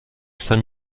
saint